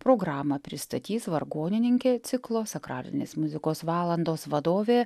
programą pristatys vargonininkė ciklo sakralinės muzikos valandos vadovė